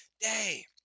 day